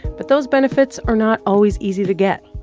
but those benefits are not always easy to get.